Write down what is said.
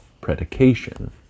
predication